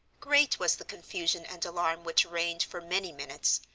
great was the confusion and alarm which reigned for many minutes,